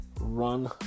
run